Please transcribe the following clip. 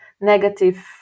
negative